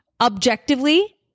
Objectively